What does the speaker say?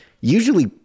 usually